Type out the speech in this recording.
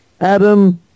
Adam